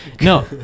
No